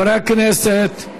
חברי הכנסת,